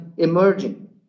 Emerging